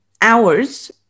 hours